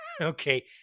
okay